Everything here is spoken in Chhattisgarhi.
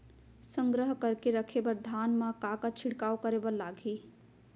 संग्रह करके रखे बर धान मा का का छिड़काव करे बर लागही?